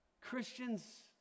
Christians